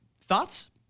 Thoughts